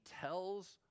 tells